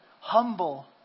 Humble